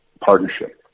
partnership